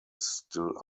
still